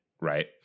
right